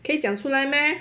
可以讲出来咩